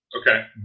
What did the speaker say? Okay